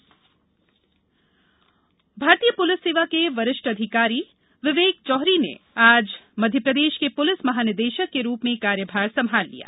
DGP पदभार भारतीय police सेवा के वरिष्ठ अधिकारी विवेक जौहरी ने आज मध्यप्रदेश के पुलिस महानिदेशक के रूप में कार्यभार संभाल लिया